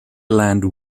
land